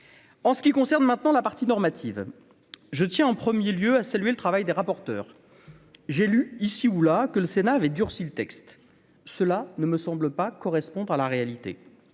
en ce qui concerne maintenant la partie normative, je tiens en 1er lieu à saluer le travail des rapporteurs, j'ai lu ici ou là, que le Sénat avait durci le texte, cela ne me semble pas correspondre à la réalité